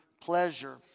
pleasure